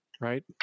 right